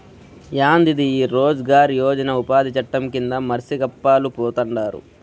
యాందిది ఈ రోజ్ గార్ యోజన ఉపాది చట్టం కింద మర్సి గప్పాలు పోతండారు